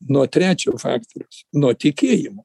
nuo trečio faktoriaus nuo tikėjimo